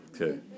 Okay